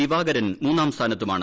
Divakaran മൂന്നാക്സ്ഫാനത്തുമാണ്